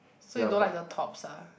so you don't like the tops ah